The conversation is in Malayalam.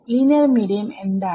ലീനിയർ മീഡിയം എന്താണ്